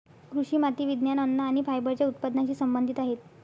कृषी माती विज्ञान, अन्न आणि फायबरच्या उत्पादनाशी संबंधित आहेत